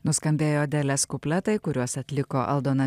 nuskambėjo adelės kupletai kuriuos atliko aldona